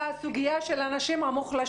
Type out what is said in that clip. הסוגיה של כל הנשים המוחלשות,